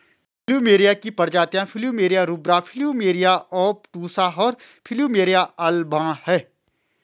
plumeria की प्रजातियाँ plumeria rubra, plumeria obtusa, और प्लुमेरिया अल्बा हैं